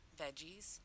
veggies